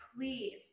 Please